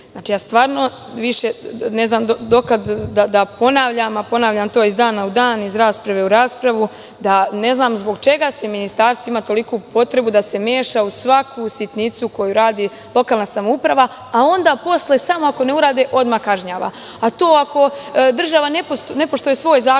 itd. Ne znam više do kada da ponavljam, a ponavljam to iz dana u dan, iz rasprave u raspravu, da ne znam zbog čega ministarstvo ima takvu potrebu da se meša u svaku sitnicu koji radi lokalna samouprava, a onda posle samo ako ne urade, odmah kažnjava. Ako država ne poštuje svoje zakone,